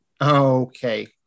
Okay